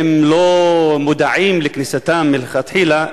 אם לא מודעים לכניסתם מלכתחילה,